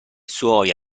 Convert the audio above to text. suoi